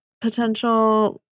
potential